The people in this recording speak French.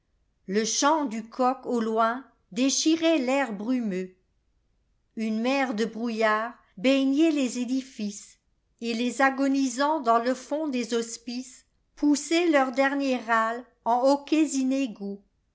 écumeuxle chant du coq au loin déchirait tair brumeux une mer de brouillards baignait les édifices et les agonisants dans le fond des hospicespoussaient leur dernier râle en